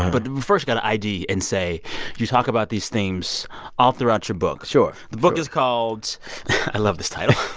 but first, we've got to id and say you talk about these themes all throughout your book sure the book is called i love this title.